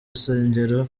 rusengero